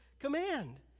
command